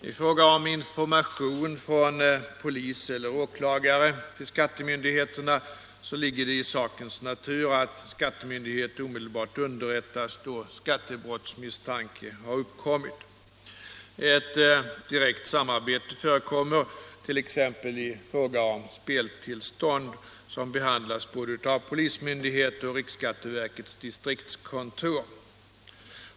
I fråga om information från polis eller åklagare till skattemyndigheterna ligger det i sakens natur att skattemyndighet omedelbart underrättas då skattebrottsmisstanke uppkommit i fråga om s.k. speltillstånd, som behandlas av både polismyndighet och riksskatteverkets distriktskontor.